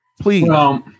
Please